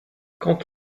quand